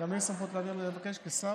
גם לי יש סמכות לבקש, כשר?